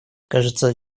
кажется